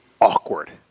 awkward